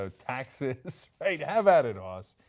ah taxes, right? have at it hoss.